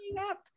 up